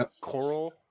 coral